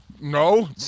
No